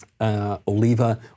Oliva